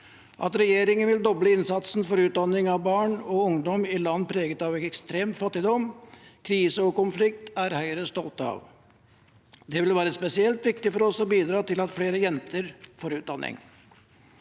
At regjeringen vil doble innsatsen for utdanning av barn og ungdom i land preget av ekstrem fattigdom, krise og konflikt, er Høyre stolt av. Det vil være spesielt viktig for oss å bidra til at flere jenter får utdanning.